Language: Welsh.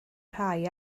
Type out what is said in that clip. rhai